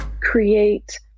create